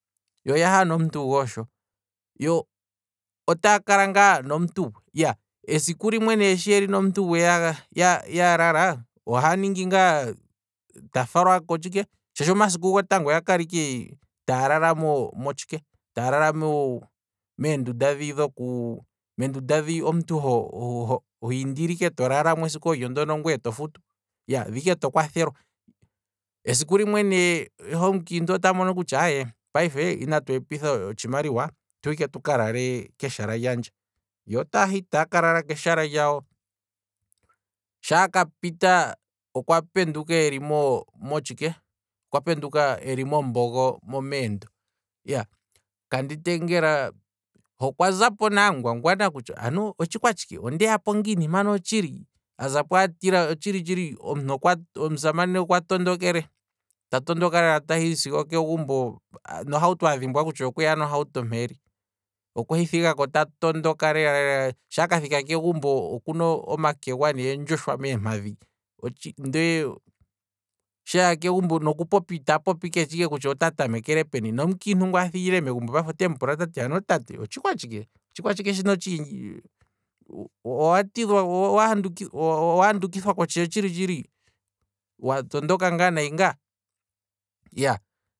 Yo oyaha nomuntu gwe ngaaka, yo esiku limwe yeli nomuntugwe ya lala, oha ningi ngaa ne ta falwa kotshike, shaashi omasiku gotango oya kala ike taya lala motshike, taya lala meendunda dhi dhoku, taya lala meendunda dhi omuntu hwiindile ike to lalamo esiku ndono omuntu to futu, esiku limwe ne he omukiintu ota mono kutya inatu epitha otshimaliwa, tuhe ike tuka lale keshala lyandje, yo otaahi taa kala keshala lyawo, sho aka pita, okwa penduka eli mo- motshike, okwa penduka eli mombogo momeendo, iyaa, kanditengela okwa zapo nee angwangwana kutya ano otshikwa tshike ondeya po ngiini mpano otshili, azapo atila, otshili tshili omusamane okwa to ndokele, ta tondoka sigo okegumbo, nohauto adhimbwa kutya okweya nohauto mpeeli, okwehi thigako ta tondoka lela lela, shaa kathika kegumbo okuna omakegwa neendjoshwa meempadhi, ndee sho aha kegumbo ketshi ike kutya ota tamekele peni, nomukiintu ngwaa thigile megumbo otemu pula kutya otshikwa tshike ano tate, otshikwa tshike, owa handukithwa peni wa tondoka ngaa